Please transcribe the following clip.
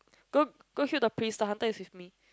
go go heal the priest the hunter is with me